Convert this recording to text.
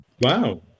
Wow